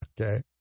Okay